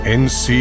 nc